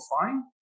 fine